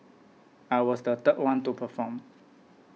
I was the third one to perform